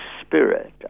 spirit